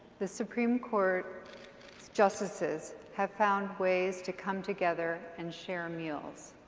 the supreme court's justices have found ways to come together and share meals.